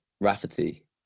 Rafferty